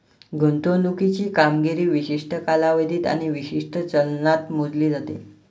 गुंतवणुकीची कामगिरी विशिष्ट कालावधीत आणि विशिष्ट चलनात मोजली जाते